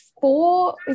four